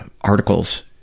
articles